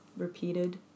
repeated